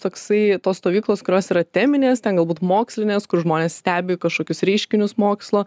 toksai tos stovyklos kurios yra teminės ten galbūt mokslinės kur žmonės stebi kažkokius reiškinius mokslo